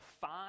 five